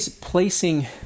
placing